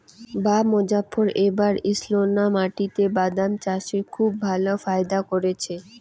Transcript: বাঃ মোজফ্ফর এবার ঈষৎলোনা মাটিতে বাদাম চাষে খুব ভালো ফায়দা করেছে